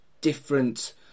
different